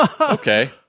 Okay